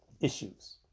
Issues